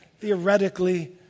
theoretically